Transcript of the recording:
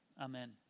Amen